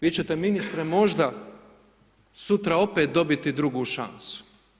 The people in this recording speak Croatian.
Vi ćete ministre možda sutra opet dobiti drugu šansu.